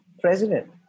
president